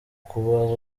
kuba